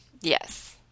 yes